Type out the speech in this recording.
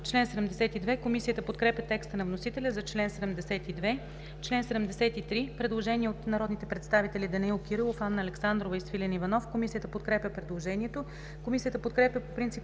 Комисията подкрепя текста на вносителя за чл. 72. Предложение от народните представители Данаил Кирилов, Анна Александрова и Свилен Иванов. Комисията подкрепя предложението. Комисията подкрепя по принцип